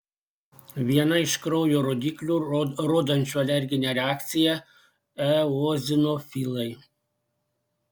viena iš kraujo rodiklių rodančių alerginę reakciją eozinofilai